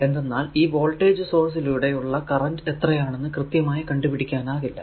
എന്തെന്നാൽ ഈ voltage source ലൂടെ ഉള്ള കറന്റ് എത്രയാണെന്ന് കൃത്യമായി കണ്ടുപിടിക്കാനാകില്ല